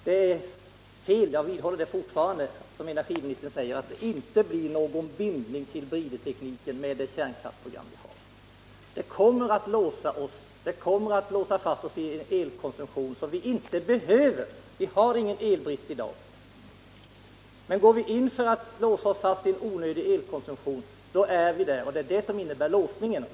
Det är fel — det vidhåller jag fortfarande — när energiministern säger att det inte blir någon bindning till bridtekniken med det kärnkraftsprogram vi har. Det kommer att låsa fast oss vid en elkonsumtion som vi inte behöver. Vi har ingen elbrist i dag. Men går vi in för att låsa oss vid en onödig elkonsumtion så är vi där, och det är det som innebär låsningen.